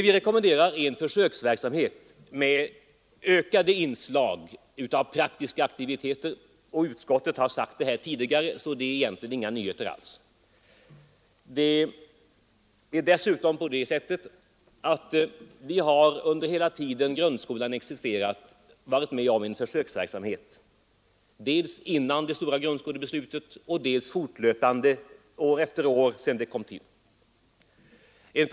Vi rekommenderar en försöksverksamhet med ökade inslag av praktiska aktiviteter. Utskottet har sagt det tidigare, så det är egentligen inga nyheter alls. Under hela den tid som grundskolan existerat har vi varit med om försöksverksamhet. Det skedde redan innan det stora grundskolebeslutet togs, och försöksverksamhet har förekommit fortlöpande år efter år.